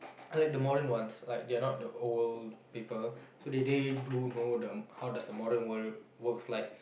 I like the modern ones like they're not the old people so they they do know the how does the modern world works like